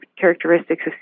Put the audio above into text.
characteristics